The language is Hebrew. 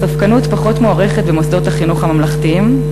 הספקנות פחות מוערכת במוסדות החינוך הממלכתיים,